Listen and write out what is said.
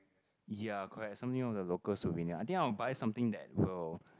ya correct something of the local souvenir I think I want buy something that will